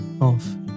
off